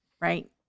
right